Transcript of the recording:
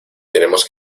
tenemos